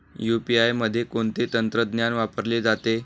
UPI मध्ये कोणते तंत्रज्ञान वापरले जाते?